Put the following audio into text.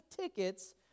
tickets